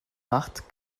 macht